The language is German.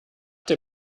der